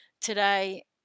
today